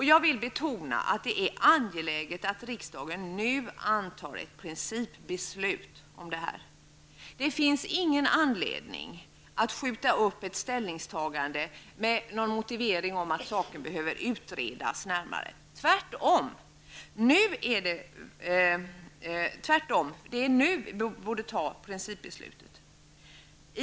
Jag vill betona att det är angeläget att riksdagen nu antar ett principbeslut om detta. Det finns ingen anledning att skjuta upp ett ställningstagande med motivering om att saken behöver utredas närmare. Tvärtom. Det är nu vi borde ta principbeslutet.